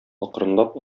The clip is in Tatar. акрынлап